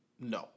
No